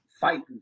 fighting